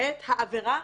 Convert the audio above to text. את העבירה